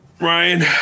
Ryan